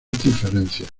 diferencias